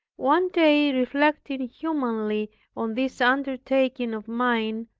one day reflecting humanly on this undertaking of mine,